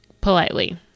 Politely